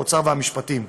האוצר והמשפטים.